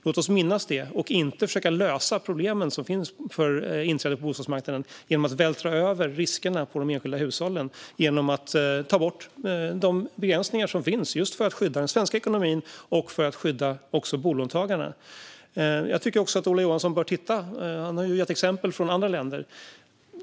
Låt oss minnas det och inte försöka att lösa problemen som finns för inträde på bostadsmarknaden genom att vältra över riskerna på de enskilda och att ta bort de begränsningar som finns för att skydda den svenska ekonomin och bolånetagarna. Ola Johansson har gett exempel från andra länder.